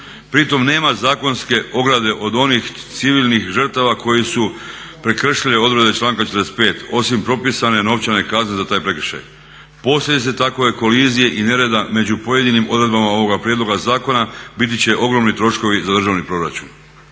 Pritom nema zakonske ograde od onih civilnih žrtava koji su prekršili odredbe članka 45. osim propisane novčane kazne za taj prekršaj. Posljedice takve kolizije i nereda među pojedinim odredbama ovoga prijedloga zakona biti će ogromni troškovi za državni proračun.